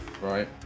Right